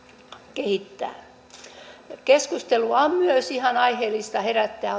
kehittää on ihan aiheellista herättää